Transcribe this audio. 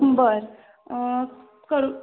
बरं करू